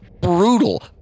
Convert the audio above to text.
brutal